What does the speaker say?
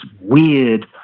weird